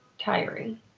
tiring